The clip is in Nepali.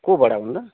को बडा भन त